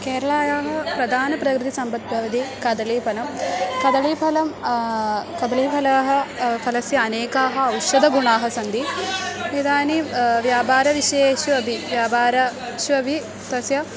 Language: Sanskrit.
केरलायाः प्रधानप्रकृतिसम्पद्बवदि कदळीफलं कदलीफलं कदलीफलानि फलस्य अनेकाः औषधगुणाः सन्ति इदानीं व्यापारविषयेषु अपि व्यापारेष्वपि तस्य